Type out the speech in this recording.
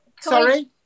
sorry